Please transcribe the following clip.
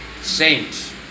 saint